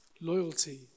loyalty